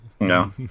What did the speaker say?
No